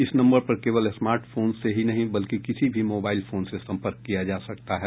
इस नम्बर पर केवल स्मार्ट फोन से ही नहीं बल्कि किसी भी मोबाइल फोन से सम्पर्क किया जा सकता है